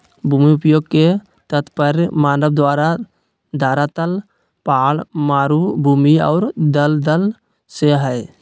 भूमि उपयोग के तात्पर्य मानव द्वारा धरातल पहाड़, मरू भूमि और दलदल से हइ